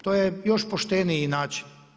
To je još pošteniji način.